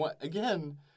Again